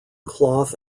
cloth